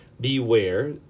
beware